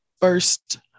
first